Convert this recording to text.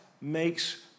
makes